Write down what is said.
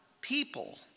people